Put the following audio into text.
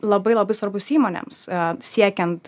labai labai svarbus įmonėms siekiant